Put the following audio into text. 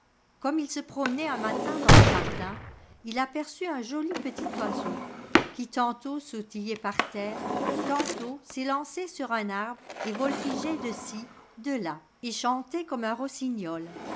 comme il se promenait un matin dans le jardin il aperçut un joli petit oiseau qui tantôt sautillait par terre tantôt s'élançait sur un arbre et voltigeait de ci de là et chan ait comme un rossignol